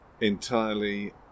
entirely